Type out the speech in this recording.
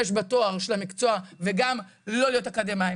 בתואר של המקצוע וגם לא להיות אקדמאים.